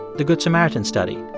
the good samaritan study.